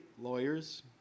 lawyers